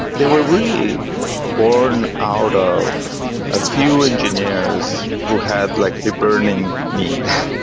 they were really born out of a few engineers who had like a burning need.